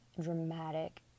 dramatic